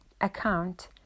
account